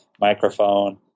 microphone